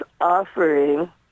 offering